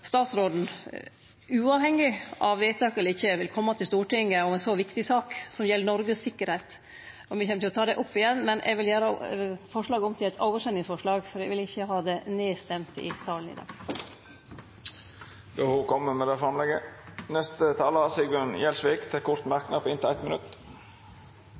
statsråden, uavhengig av vedtak eller ikkje, vil kome til Stortinget med ei så viktig sak, som gjeld Noregs tryggleik. Me kjem til å ta det opp igjen, men eg vil gjere forslaget om til eit oversendingsforslag, for eg vil ikkje ha det stemt ned i salen. Representanten Liv Signe Navarsete har gjort forslaget ho refererte til, om til eit oversendingsforslag. Representanten Sigbjørn Gjelsvik har hatt ordet to gonger tidlegare og får ordet til